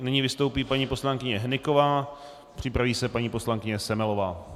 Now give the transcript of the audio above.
Nyní vystoupí paní poslankyně Hnyková, připraví se paní poslankyně Semelová.